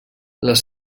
les